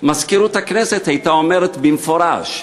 מזכירות הכנסת הייתה אומרת במפורש,